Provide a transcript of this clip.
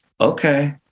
okay